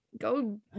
Go